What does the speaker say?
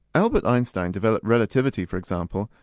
albert einstein developed relativity, for example,